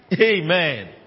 Amen